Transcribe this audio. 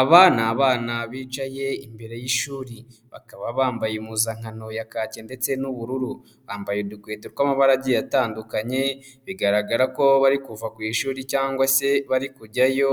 Aba ni abana bicaye imbere y'ishuri, bakaba bambaye impuzankano ya kake ndetse n'ubururu, bambaye udukwete tw'amabara agiye atandukanye, bigaragara ko bari kuva ku ishuri cyangwa se bari kujyayo,